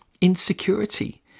insecurity